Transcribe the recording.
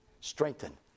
Strengthen